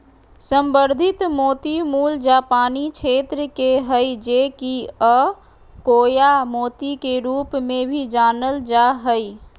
संवर्धित मोती मूल जापानी क्षेत्र के हइ जे कि अकोया मोती के रूप में भी जानल जा हइ